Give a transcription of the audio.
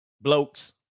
Blokes